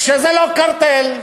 שזה לא קרטל,